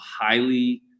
highly –